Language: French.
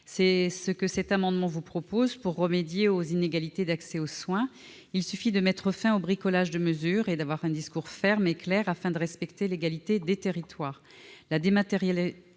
à travers cet amendement, pour remédier aux inégalités d'accès aux soins. Il suffit de mettre fin au bricolage de mesures et de tenir un discours ferme et clair afin de respecter l'égalité des territoires.